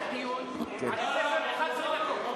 בוא נפתח דיון על הספר "אחת-עשרה דקות".